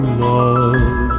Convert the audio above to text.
love